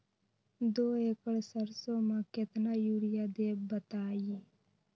दो एकड़ सरसो म केतना यूरिया देब बताई?